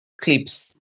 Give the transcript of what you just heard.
clips